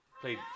Played